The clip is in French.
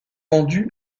vendu